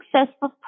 successful